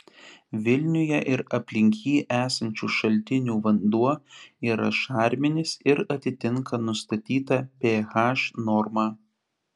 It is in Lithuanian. vilniuje ir aplink jį esančių šaltinių vanduo yra šarminis ir atitinka nustatytą ph normą